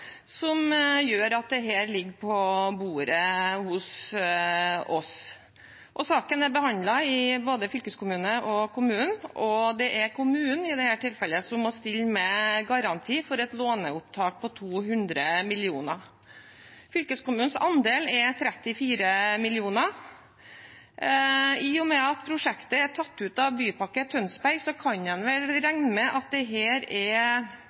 som gjør at dette ligger på bordet hos oss. Saken er behandlet i både fylkeskommunen og kommunen, og det er i dette tilfellet kommunen som må stille med garanti for et låneopptak på 200 mill. kr. Fylkeskommunens andel er 34 mill. kr. I og med at prosjektet er tatt ut av Bypakke Tønsberg-regionen, kan en vel regne med at dette er